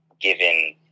given